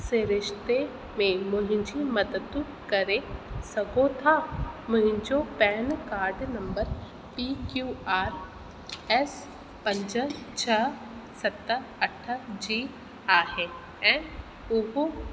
सिरिश्ते में मुहिंजी मदद करे सघो था मुहिंजो PAN card number P Q R S पंज छ सत अठ जी आहे ऐं उहो